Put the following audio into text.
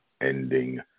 ending